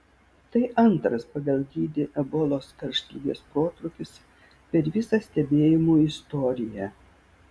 tai antras pagal dydį ebolos karštligės protrūkis per visą stebėjimų istoriją